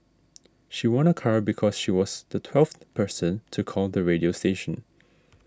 she won a car because she was the twelfth person to call the radio station